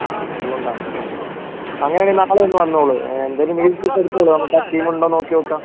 അ അത് കൊണ്ടാണ് ഓക്കേ അങ്ങനെ ആണെങ്കിൽ നാളെ ഒന്ന് വന്നോളൂ എന്തായാലും നികുതി ചീട്ട് എടുത്തോളൂ നമ്മക്ക് ആ സ്കീം ഉണ്ടോ എന്ന് നോക്കി നോക്കാം